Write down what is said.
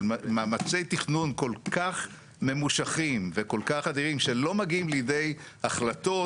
מאמצי תכנון כל כך ממושכים וכל כך אדירים שלא מגיעים לידי החלטות,